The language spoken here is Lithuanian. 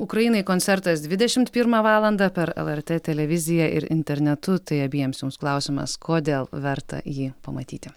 ukrainai koncertas dvidešimt pirmą valandą per lrt televiziją ir internetu tai abiems jums klausimas kodėl verta jį pamatyti